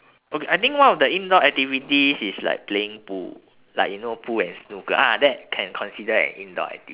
okay I think one of the indoor activities is like playing pool like you know pool and snooker ah that can consider an indoor activity